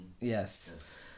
Yes